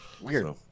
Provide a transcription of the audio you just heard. Weird